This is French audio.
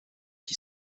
qui